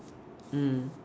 mm